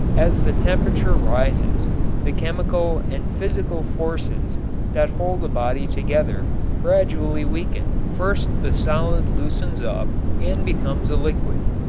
as the temperature rises the chemical and physical forces that hold a body together gradually weaken. first the solid loosens up and becomes a liquid,